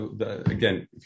again